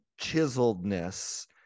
chiseledness